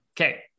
Okay